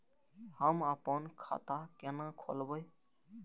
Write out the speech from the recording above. हम अपन खाता केना खोलैब?